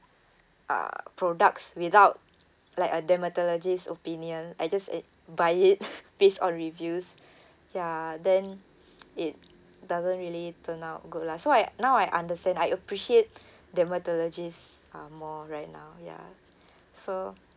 uh products without like a dermatologist opinion I just it buy it based on reviews ya then it doesn't really turn out good lah so I now I understand I appreciate dermatologists uh more right now ya so